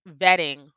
vetting